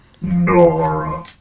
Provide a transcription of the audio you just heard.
Nora